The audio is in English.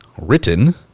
written